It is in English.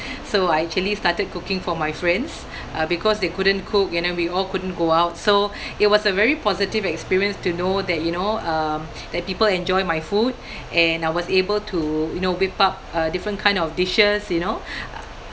so I actually started cooking for my friends uh because they couldn't cook and then we all couldn't go out so it was a very positive experience to know that you know um that people enjoy my food and I was able to you know whip up uh different kind of dishes you know